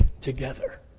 together